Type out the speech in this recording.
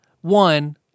one